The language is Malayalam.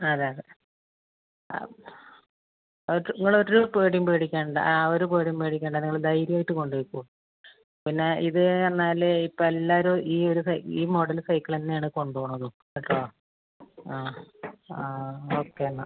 അതെ അതേ ആ അത് നിങ്ങളൊരു പേടിയും പേടിക്കണ്ട ആ ഒര് പേടിയും പേടിക്കണ്ട നിങ്ങള് ധൈര്യമായിട്ട് കൊണ്ടുപൊയ്ക്കൊ പിന്നെ ഇത് എന്ന് പറഞ്ഞാല് ഇപ്പം എല്ലാവരും ഈ ഒര് സൈ ഈ മോഡല് സൈക്കിൾ തന്നെയാണ് കൊണ്ടുപോകുന്നതും കേട്ടോ ആ ആ ഓക്കെ എന്നാൽ